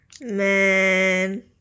Man